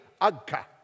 Agka